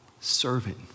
servant